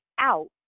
out